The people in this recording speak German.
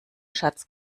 schatz